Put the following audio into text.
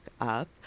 up